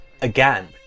again